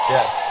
Yes